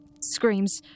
screams